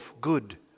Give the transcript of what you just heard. good